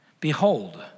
Behold